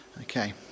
okay